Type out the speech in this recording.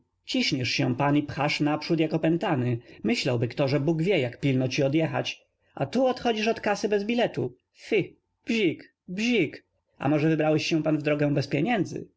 ciśniesz się pan i pchasz naprzód jak opętany m yślałby kto że b óg wie jak pilno ci odjechać a tu odchodzisz od kasy bez biletu f i bzik b z ik a może w ybrałeś się p an w drogę bez pieniędzy